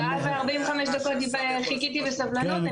שעה ו-45 דקות חיכיתי בסבלנות,